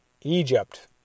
Egypt